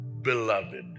beloved